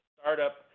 startup